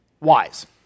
wise